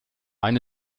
eine